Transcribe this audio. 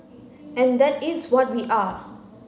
and that is what we are